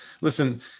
Listen